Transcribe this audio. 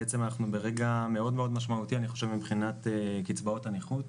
אנחנו ברגע מאוד מאוד משמעותי מבחינת קצבאות הנכות.